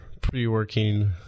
pre-working